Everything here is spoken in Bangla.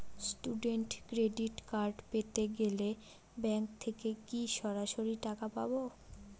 স্টুডেন্ট ক্রেডিট কার্ড পেতে গেলে ব্যাঙ্ক থেকে কি সরাসরি টাকা পাবো?